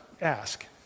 ask